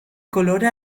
colore